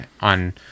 on